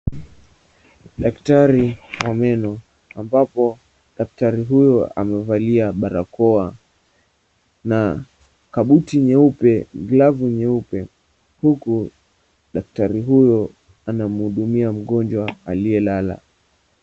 Daktari wa meno ambapo daktari huyo amevalia barakoa na kabuti nyeupe, glavu nyeupe huku daktari huyo anahudumia mgonjwa aliyelala.